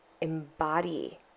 embody